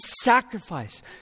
sacrifice